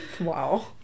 Wow